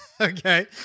Okay